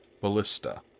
ballista